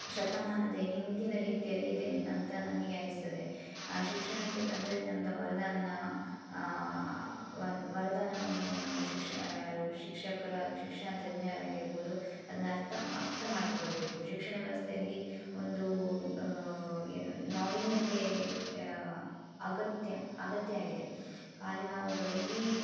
ಶತಮಾನದ ಹಿಂದಿನ ರೀತಿಯಲ್ಲಿದೆ ಅಂತ ನನಗೆ ಅನ್ನಿಸ್ತದೆ ಶಿಕ್ಷಣಕ್ಕೆ ತಂತ್ರಜ್ಞಾನದ ವರದಾನ ವನ್ ವರದಾನವನ್ನು ನಾವು ಶಿಕ್ಷ ಯಾರು ಶಿಕ್ಷಕರ ಶಿಕ್ಷಣ ತಜ್ಞರಾಗಿರ್ಬೋದು ಅದನ್ನು ಅರ್ಥ ಅರ್ಥ ಮಾಡಿಕೊಳ್ಳಬೇಕು ಶಿಕ್ಷಣ ವ್ಯವಸ್ಥೆಯಲ್ಲಿ ಒಂದು ಏನು ನಾವೀನ್ಯತೆ ಅಗತ್ಯ ಅಗತ್ಯ ಆಗಿದೆ ಖಾಲಿ ನಾವು ಬರೀ